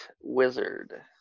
Wizard